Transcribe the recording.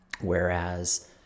Whereas